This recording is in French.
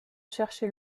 chercher